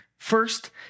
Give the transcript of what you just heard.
First